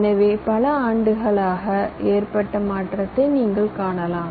எனவே பல ஆண்டுகளாக ஏற்பட்ட மாற்றத்தை நீங்கள் காணலாம்